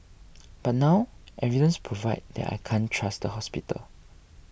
but now evidence provide that I can't trust the hospital